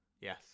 Yes